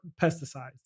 pesticides